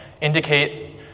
indicate